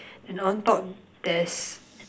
and on top there's